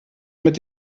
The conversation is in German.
mit